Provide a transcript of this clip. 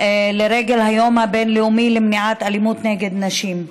היום הבין-לאומי למניעת אלימות נגד נשים.